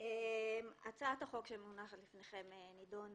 הצעת החוק שמונחת בפניכם נדונה